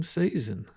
season